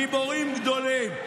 גיבורים גדולים.